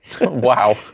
Wow